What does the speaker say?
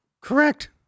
correct